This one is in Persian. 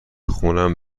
خونم